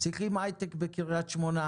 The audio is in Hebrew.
צריכים הייטק בקריית שמונה,